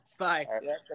Bye